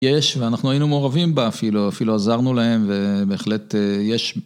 יש, ואנחנו היינו מעורבים בה אפילו, אפילו עזרנו להם, ובהחלט יש.